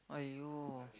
!aiyo!